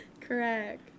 Correct